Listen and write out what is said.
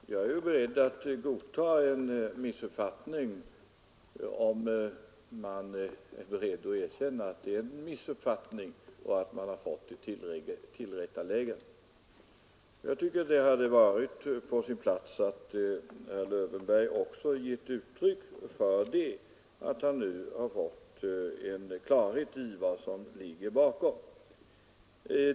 Herr talman! Jag är beredd att godta en missuppfattning, om man är villig att erkänna att det är en missuppfattning och att man har fått ett tillrättaläggande. Jag tycker att det skulle varit på sin plats att herr Lövenborg hade givit uttryck för att han nu har fått klarhet i vad som ligger bakom.